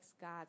God